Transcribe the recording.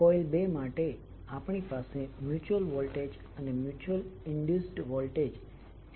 coil 2 માટે આપણી પાસે મ્યુચ્યુઅલ વોલ્ટેજ અને મ્યુચ્યુઅલ ઇન્ડ્યુસ્ડ વોલ્ટેજ M12di2dtહશે